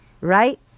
right